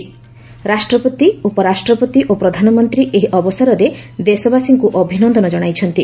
ରାଷ୍ଟ୍ରପତି ଉପରାଷ୍ଟ୍ରପତି ଓ ପ୍ରଧାନମନ୍ତ୍ରୀ ଏହି ଅବସରରେ ଦେଶବାସୀଙ୍କୁ ଅଭିନନ୍ଦନ ଜଣାଇଛନ୍ତି